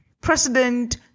President